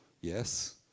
yes